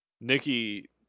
Nikki